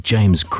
James